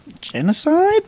genocide